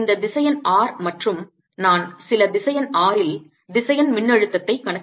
இந்த திசையன் R மற்றும் நான் சில திசையன் r இல் திசையன் மின்னழுத்தத்தைக் கணக்கிடுகிறேன்